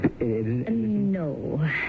No